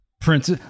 Prince